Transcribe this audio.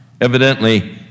evidently